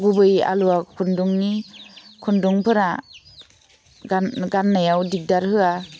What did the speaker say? गुबैयै आलुवा खुन्दुंनि खुन्दुंफोरा गान गान्नायाव दिगदार होआ